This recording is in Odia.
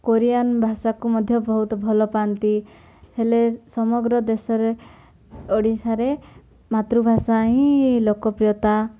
କୋରିଆନ୍ ଭାଷାକୁ ମଧ୍ୟ ବହୁତ ଭଲ ପାଆନ୍ତି ହେଲେ ସମଗ୍ର ଦେଶରେ ଓଡ଼ିଶାରେ ମାତୃଭାଷା ହିଁ ଲୋକପ୍ରିୟତା